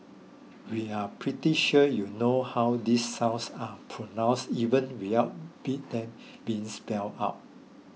we are pretty sure you know how these sounds are pronounced even without them being spelled out